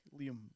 Liam